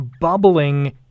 bubbling